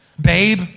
babe